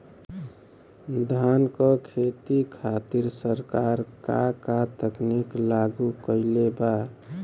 धान क खेती खातिर सरकार का का तकनीक लागू कईले बा?